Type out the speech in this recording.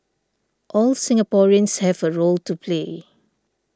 all Singaporeans have a role to play